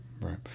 Right